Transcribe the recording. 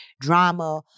drama